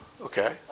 okay